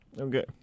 Okay